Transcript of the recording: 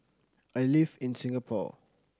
I live in Singapore